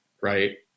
right